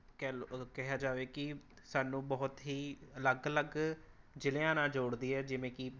ਕੈਲ ਉਹ ਕਿਹਾ ਜਾਵੇ ਕਿ ਸਾਨੂੰ ਬਹੁਤ ਹੀ ਅਲੱਗ ਅੱਲਗ ਜ਼ਿਲ੍ਹਿਆਂ ਨਾਲ ਜੋੜਦੀ ਹੈ ਜਿਵੇਂ ਕਿ